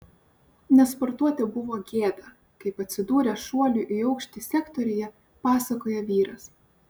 nesportuoti buvo gėda kaip atsidūrė šuolių į aukštį sektoriuje pasakoja vyras